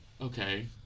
Okay